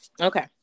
Okay